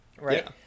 Right